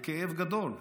בכאב גדול.